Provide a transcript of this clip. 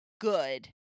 good